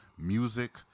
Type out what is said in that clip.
Music